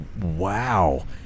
Wow